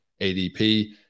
adp